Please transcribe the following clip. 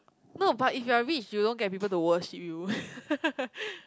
no but if you are rich you don't get people to worship you